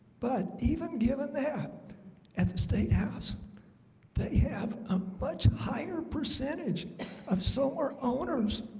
but even given that at the statehouse they have a much higher percentage of so our owners